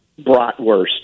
Bratwurst